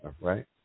right